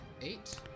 Eight